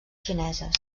xineses